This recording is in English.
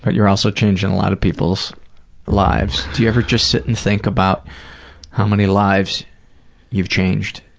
but you're also changing a lot of people's lives. do you ever just sit and think about how many lives you've changed,